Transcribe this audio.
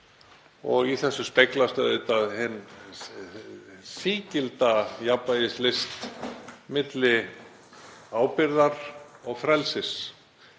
Í þessu speglast auðvitað hin sígilda jafnvægislist milli ábyrgðar og frelsis